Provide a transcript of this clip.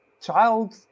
child